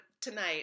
tonight